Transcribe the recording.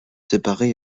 séparés